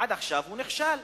ועד עכשיו הוא נכשל.